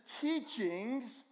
teachings